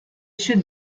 should